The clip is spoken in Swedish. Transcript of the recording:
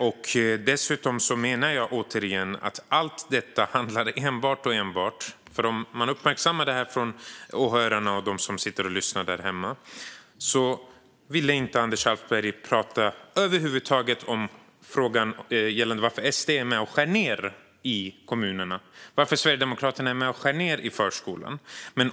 Jag menar dessutom, återigen, att allt detta enbart handlar om - åhörarna och de som sitter och lyssnar där hemma uppmärksammar säkert detta - att Anders Alftberg inte över huvud taget vill prata om varför Sverigedemokraterna är med och skär ned i kommunerna och i förskolan.